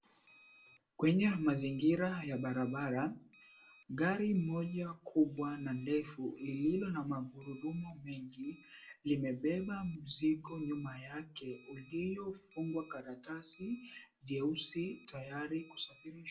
Kwenye mazingira ya barabara, gari moja kubwa na ndefu lililo na magurudumu mengi limebeba mzigo nyuma yake uliofungwa karatasi jeusi tayari kusafirishwa.